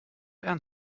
and